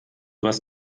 was